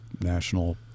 National